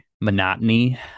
monotony